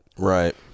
right